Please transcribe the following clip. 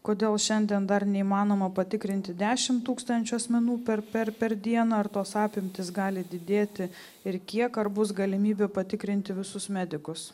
kodėl šiandien dar neįmanoma patikrinti dešimt tūkstančių asmenų per per per dieną ar tos apimtys gali didėti ir kiek ar bus galimybių patikrinti visus medikus